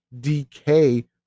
DK